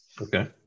okay